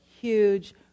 huge